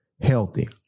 healthy